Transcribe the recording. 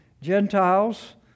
Gentiles